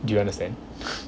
do you understand